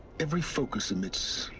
every focus emits.